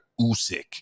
Usyk